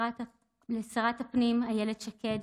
לשרת הפנים אילת שקד